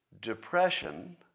depression